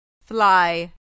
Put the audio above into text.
fly